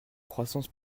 croissance